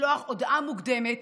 לשלוח הודעה מוקדמת